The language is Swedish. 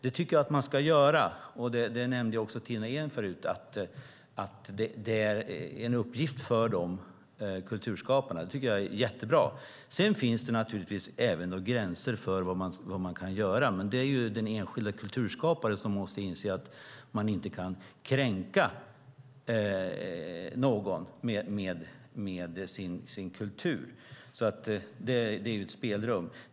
Tina Ehn nämnde tidigare att det är en uppgift för kulturskaparna. Det är bra. Sedan finns det även där gränser för vad man kan göra, men det är den enskilde kulturskaparen som måste inse att man inte kan kränka någon med sin kultur. Det är ett spelrum.